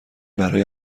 برای